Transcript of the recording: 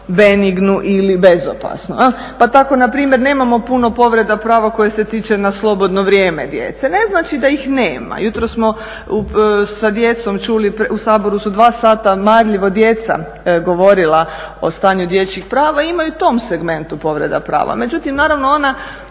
benignu ili bezopasnu. Pa tako npr. nemamo puno povreda prava koje se tiču na slobodno vrijeme djece, ne znači da ih nema. Jutros smo sa djecom, u Saboru su dva sata marljivo djeca govorila o stanju dječjih prava, ima i tom segmentu povreda prava.